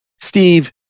Steve